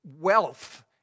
wealth